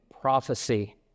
prophecy